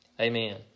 Amen